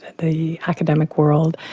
the academic world,